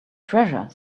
treasure